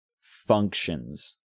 functions